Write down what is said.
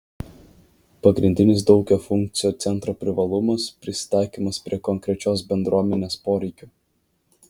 pagrindinis daugiafunkcio centro privalumas prisitaikymas prie konkrečios bendruomenės poreikių